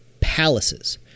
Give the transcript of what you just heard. palaces